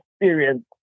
experience